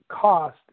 cost